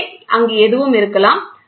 எனவே அங்கு எதுவும் இருக்கலாம்